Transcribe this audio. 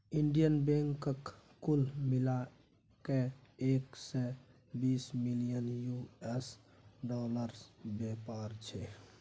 Indian बैंकक कुल मिला कए एक सय बीस बिलियन यु.एस डालरक बेपार छै